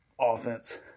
offense